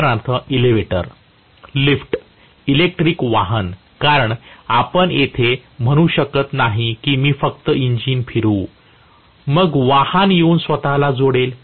उदाहरणार्थ elevator lift electric वाहन कारण आपण असे म्हणू शकत नाही की मी फक्त इंजिन फिरवू मग वाहन येऊन स्वतःला जोडेल